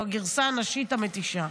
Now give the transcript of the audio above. הגרסה הנשית המתישה.